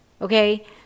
Okay